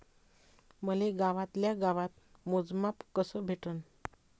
मले गावातल्या गावात मोजमाप कस भेटन?